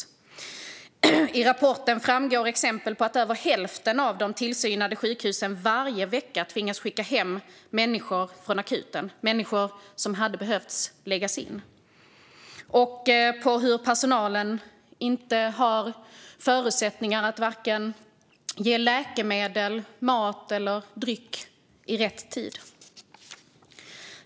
I Ivos rapport framgår att över hälften av de tillsynade sjukhusen varje vecka tvingas skicka hem människor från akuten trots att de hade behövt läggas in. Det framkommer exempel på hur personalen inte har förutsättningar att ge vare sig läkemedel, mat eller dryck i rätt tid.